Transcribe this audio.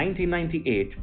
1998